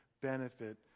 benefit